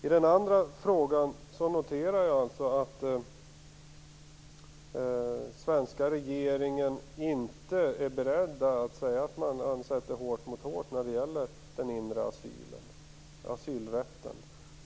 I den andra frågan noterar jag att svenska regeringen inte är beredd att sätta hårt mot hårt när det gäller asylrätten.